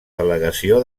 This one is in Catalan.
delegació